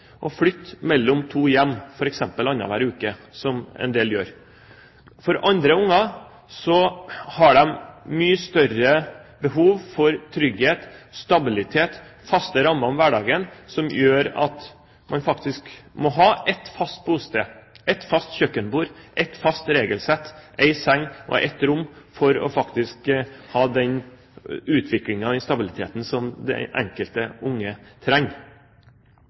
å flytte mellom to hjem, f.eks. annenhver uke, som en del gjør. Andre unger har mye større behov for trygghet, stabilitet og faste rammer om hverdagen, som gjør at man faktisk må ha ett fast bosted, ett fast kjøkkenbord, ett fast regelsett, én seng og ett rom for å ha den stabiliteten som det enkelte barn trenger.